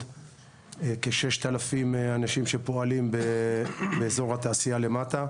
כ-6000 אנשים שפועלים באזור התעשייה למטה,